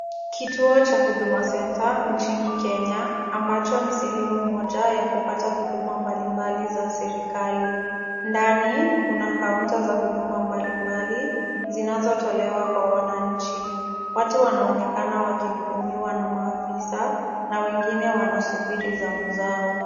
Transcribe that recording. Kituo cha Huduma Center nchini Kenya ambacho ni sehemu moja ya kupata huduma mbalimbali za serikali. Ndani Kuna kaunta za huduma mbalimbali zinazotolewa kwa wananchi. Watu wanaonekana wakihudumiwa na maafisa na wengine wanasubiri zamu zao.